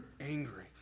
angry